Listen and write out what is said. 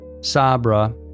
Sabra